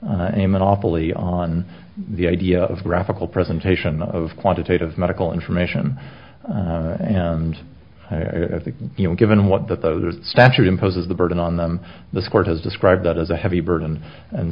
a monopoly on the idea of graphical presentation of quantitative medical information and and i think you know given what that the statute imposes the burden on them this court has described as a heavy burden and